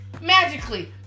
Magically